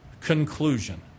Conclusion